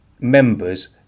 members